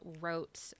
wrote